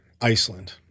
Iceland